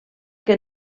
que